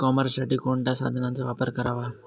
E कॉमर्ससाठी कोणत्या साधनांचा वापर करावा?